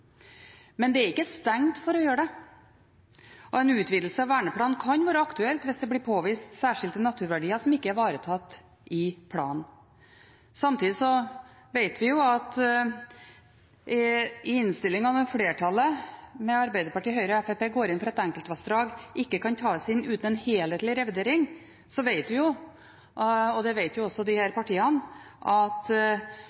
Men man stenger ikke for å gjøre det. En utvidelse av verneplanen kan være aktuelt hvis det blir påvist særskilte naturverdier som ikke er ivaretatt i planen. Samtidig vet vi når flertallet, Arbeiderpartiet, Høyre og Fremskrittspartiet, i innstillingen går inn for at enkeltvassdrag ikke kan tas inn uten en helhetlig revidering – og det vet også disse partiene – at før vi